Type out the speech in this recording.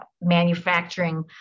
manufacturing